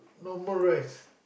no more rice